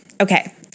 Okay